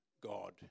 God